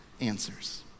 answers